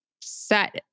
set